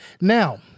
Now